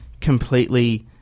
completely